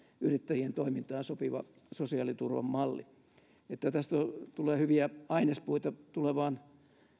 yrittäjien toimintaan sopiva sosiaaliturvan malli tästä tulee hyviä ainespuita tulevaan